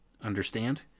Understand